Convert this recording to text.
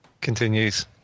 continues